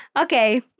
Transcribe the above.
okay